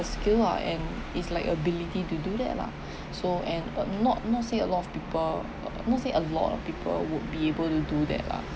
a skill ah and it's like ability to do that lah so and uh not not say a lot of people uh not say a lot of people would be able to do that lah